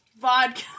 vodka